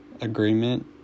agreement